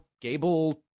Gable